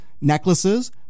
necklaces